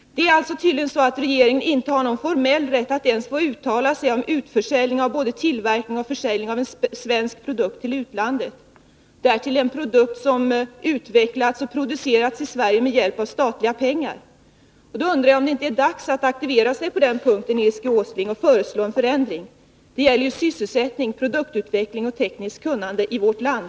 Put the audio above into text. Regeringen har tydligen ingen formell rätt att ens få uttala sig om försäljning till utlandet beträffande vare sig tillverkningseller försäljnings rätten när det gäller en svensk produkt, därtill en produkt som utvecklats och producerats i Sverige med hjälp av statliga pengar. Då undrar jag om det inte är dags att aktivera sig på den punkten, Nils G. Åsling, och föreslå en ändring. Det gäller sysselsättning, produktutveckling och tekniskt kunnande i vårt land.